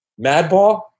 Madball